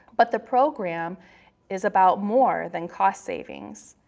but the program is about more than cost savings.